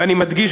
ואני מדגיש,